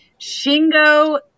Shingo